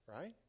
right